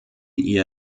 ihr